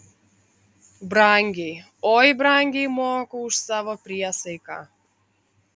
brangiai oi brangiai moku už savo priesaiką